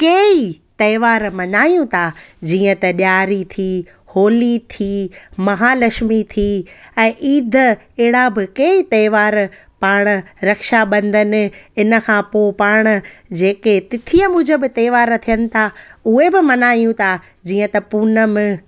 कई त्योहार मल्हायूं था जीअं त ॾियारी थी होली थी महालक्ष्मी थी ऐं ईद अहिड़ा बि कई त्योहार पाण रक्षाबंधन इन खां पोइ पाण जेके तिथीअ मूजिबि जेके त्योहार थियनि था उहे बि मल्हायूं था जीअं त पूनम